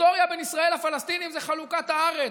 היסטוריה בין ישראל לפלסטינים זה חלוקת הארץ,